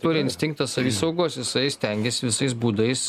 turi instinktą savisaugos jisai stengiasi visais būdais